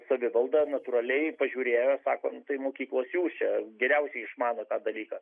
savivalda natūraliai pažiūrėjo sako nu tai mokyklos jūs čia geriausiai išmanot tą dalyką